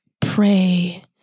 pray